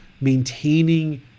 maintaining